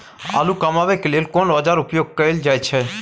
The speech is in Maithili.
आलू कमाबै के लेल कोन औाजार उपयोग कैल जाय छै?